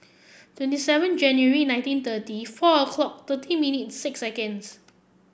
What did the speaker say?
twenty seven January nineteen thirty four o'clock thirty minute six seconds